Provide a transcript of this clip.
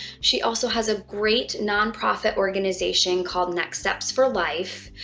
she also has a great non-profit organization called next steps for life,